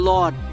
Lord